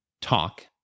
talk